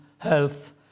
health